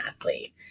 athlete